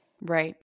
Right